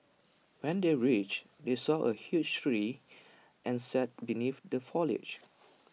when they reached they saw A huge tree and sat beneath the foliage